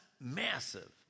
massive